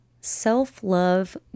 self-love